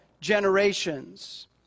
generations